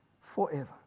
forever